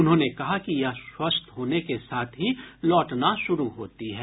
उन्होंने कहा कि यह स्वस्थ होने के साथ ही लौटना शुरु होती है